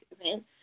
event